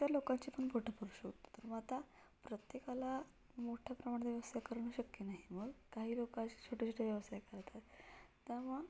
इतर लोकांची पण पोट भरू शकतो तर मग आता प्रत्येकाला मोठ्या प्रमाणात व्यवसाय करणं शक्य नाही मग काही लोकं असे छोटे छोटे व्यवसाय करतात तर मग